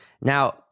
Now